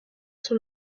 son